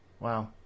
Wow